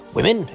Women